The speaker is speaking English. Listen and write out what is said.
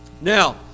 Now